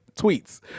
tweets